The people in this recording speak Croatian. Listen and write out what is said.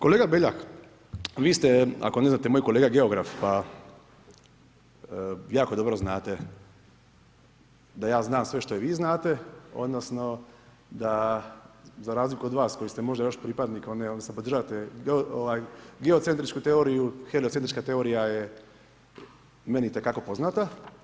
Kolega Beljak, vi ste ako ne znate moje kolega geograf pa jako dobro znate da ja znam sve što i vi znate, odnosno da za razliku od vas koji ste možda još pripadnik one, odnosno podržavate geocentričnu teoriju, heliocentrična teorija je meni itekako poznata.